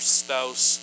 spouse